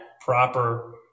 proper